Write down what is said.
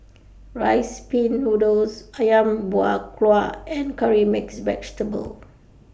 Rice Pin Noodles Ayam Buah Keluak and Curry Mixed Vegetable